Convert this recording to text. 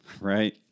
right